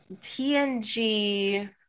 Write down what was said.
TNG